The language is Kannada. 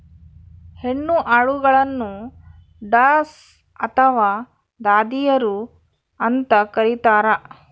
ಹೆಣ್ಣು ಆಡುಗಳನ್ನು ಡಸ್ ಅಥವಾ ದಾದಿಯರು ಅಂತ ಕರೀತಾರ